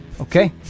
okay